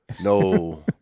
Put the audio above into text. No